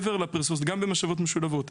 גם במשאבות משולבות.